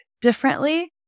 differently